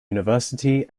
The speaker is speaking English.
university